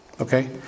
Okay